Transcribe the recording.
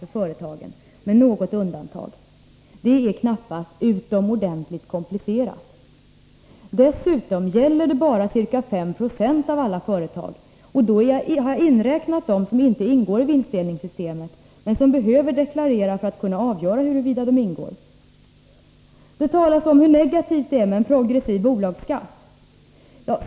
Det innebär knappast att förslaget är ”utomordentligt komplicerat”. Dessutom gäller det bara ca 5 96 av alla företag. Då har jag räknat in dem som inte ingår i vinstdelningssystemet men som behöver deklarera för att kunna avgöra huruvida de ingår. Det talas om hur negativt det är med en progressiv bolagsskatt.